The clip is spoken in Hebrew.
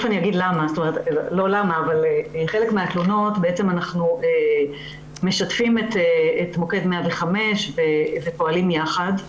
בחלק מהתלונות אנחנו משתפים את מוקד 105 ופועלים יחד.